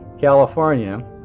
California